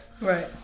Right